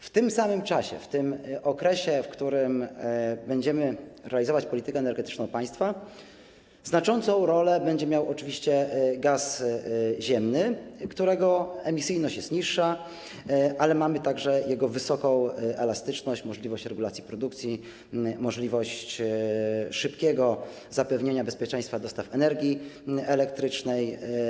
W tym samym czasie, w tym okresie, w którym będziemy realizować politykę energetyczną państwa, znaczącą rolę będzie odgrywał oczywiście gaz ziemny, którego emisyjność jest niższa, mamy tu także wysoką elastyczność, możliwość regulacji produkcji, możliwość szybkiego zapewnienia bezpieczeństwa dostaw energii elektrycznej.